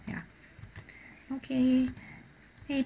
ya okay !hey!